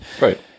right